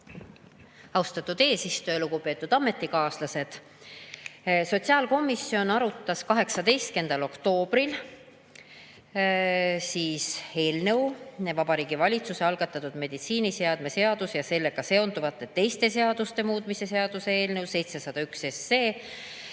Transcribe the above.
Austatud eesistuja! Lugupeetud ametikaaslased! Sotsiaalkomisjon arutas 18. oktoobril Vabariigi Valitsuse algatatud meditsiiniseadme seaduse ja sellega seonduvalt teiste seaduste muutmise seaduse eelnõu 701,